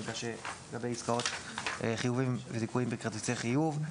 מידע לגבי עסקאות זיכויים בכרטיסי חיוב.